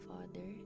Father